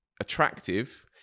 attractive